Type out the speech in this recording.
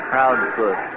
Proudfoot